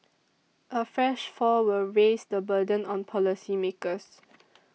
a fresh fall will raise the burden on policymakers